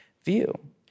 view